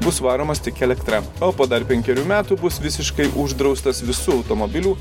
bus varomas tik elektra o po dar penkerių metų bus visiškai uždraustas visų automobilių